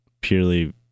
purely